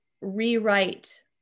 rewrite